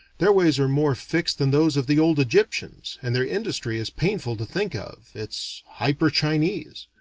their ways are more fixed than those of the old egyptians, and their industry is painful to think of, it's hyper-chinese.